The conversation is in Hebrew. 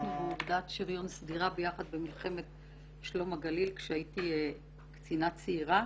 שירתנו באוגדת שריון סדירה ביחד במלחמת שלום הגליל כשהייתי קצינה צעירה.